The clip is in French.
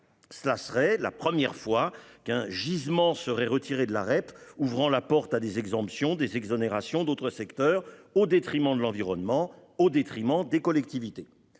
Cela serait la première fois qu'un gisement serait retiré de la REP, ouvrant la porte à des exemptions et à des exonérations d'autres secteurs, au détriment de l'environnement et des collectivités.